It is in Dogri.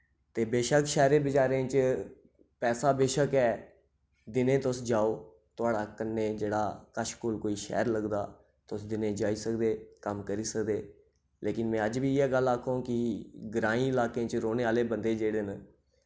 ते बेशक शैह्रें बजारें च पैसा बेशक ऐ दिने तुस जाओ थोआड़ा कन्नै जेह्ड़ा कच्छ कुर कोई शैह्र लगदा तुस दिने जाई सकदे कम्म करी सकदे लेकिन मैं अज्ज बी इ'यै गल्ल आखोंग कि ग्राईं इलाकें च रौह्ने आह्ले बंदे जेह्ड़े न